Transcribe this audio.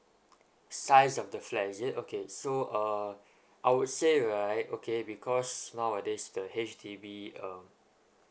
size of the flat is it okay so uh I would say right okay because nowadays the H_D_B um